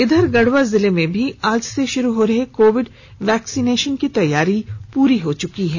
इधर गढ़वा जिले में भी आज से शुरू हो रहे कोविड वैक्सीनेशन की तैयारी पूरी हो चुकी है